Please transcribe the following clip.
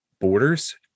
borders